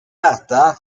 äta